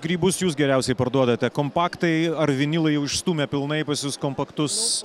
grybus jūs geriausiai parduodate kompaktai ar vinilai jau išstūmė pilnai pas jus kompaktus